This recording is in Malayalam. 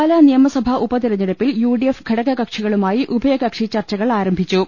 പാല നിയമസഭാ ഉപതെരഞ്ഞെടുപ്പിൽ യുഡിഎഫ് ഘടക കക്ഷികളുമായി ഉഭയകക്ഷി ചർച്ചകൾ ആർംഭിച്ചു